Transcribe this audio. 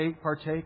partake